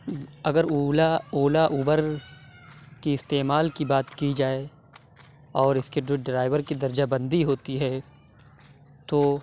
اگر اولا اولا اوبر کی استعمال کی بات کی جائے اور اس کے جو ڈرائیور کی درجہ بندی ہوتی ہے تو